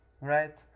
right